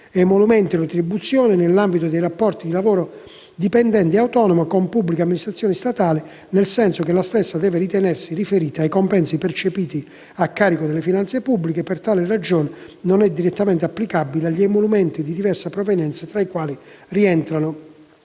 emolumenti o retribuzioni nell'ambito di rapporti di lavoro dipendente o autonomo con pubbliche amministrazioni statali, nel senso che la stessa deve ritenersi riferita ai compensi percepiti a carico delle finanze pubbliche e, per tale ragione, non è direttamente applicabile agli emolumenti di diversa provenienza, tra i quali rientrano